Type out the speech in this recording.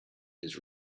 his